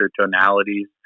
tonalities